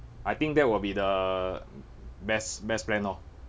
I think that will be the best best plan lor